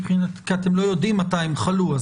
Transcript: כי אתם לא יודעים מתי הם חלו,